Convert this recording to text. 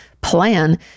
plan